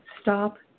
Stop